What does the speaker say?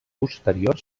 posterior